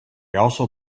also